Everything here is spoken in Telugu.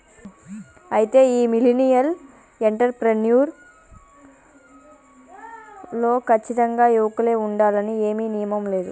అయితే ఈ మిలినియల్ ఎంటర్ ప్రెన్యుర్ లో కచ్చితంగా యువకులే ఉండాలని ఏమీ నియమం లేదు